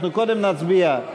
קודם נצביע.